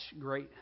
great